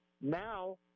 now